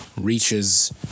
reaches